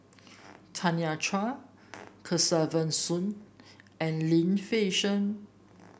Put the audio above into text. Tanya Chua Kesavan Soon and Lim Fei Shen